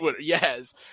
Yes